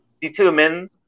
determine